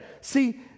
See